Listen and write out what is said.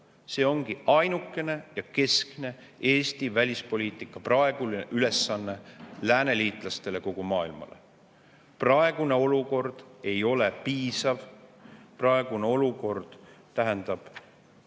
See ongi ainukene ja keskne Eesti välispoliitika praegune ülesanne lääneliitlastele ja kogu maailmale. Praegune olukord ei ole [rahuldav]. Praegune olukord tähendab